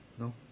No